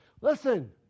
Listen